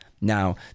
Now